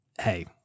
hey